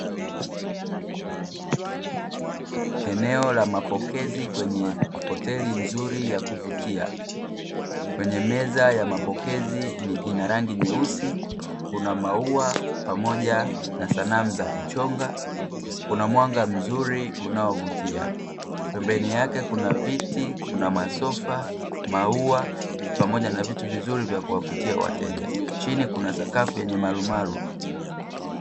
Eneo la mapokezi kwenye hoteli nzuri ya kuvutia. Kwenye meza ya mapokezi ni ina rangi nyeusi, kuna maua pamoja na sanamu za kuchonga, kuna mwanga mzuri unaovutia. Pembeni yake kuna viti, kuna masofa, maua pamoja na vitu vizuri vya kuwavutia wateja. Chini kuna sakafu yenye marumaru.